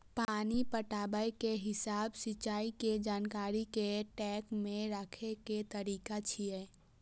पानि पटाबै के हिसाब सिंचाइ के जानकारी कें ट्रैक मे राखै के तरीका छियै